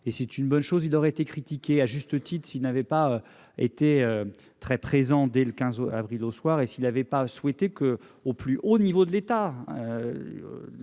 ; c'est une bonne chose, car il aurait été critiqué, et à juste titre, s'il n'avait pas été présent dès le 15 avril au soir et s'il n'avait pas souhaité agir au plus haut niveau de l'État